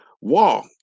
walk